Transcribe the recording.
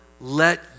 let